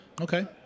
Okay